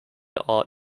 art